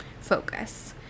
focus